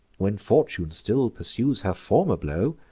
when fortune still pursues her former blow,